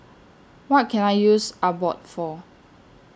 What Can I use Abbott For